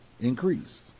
increase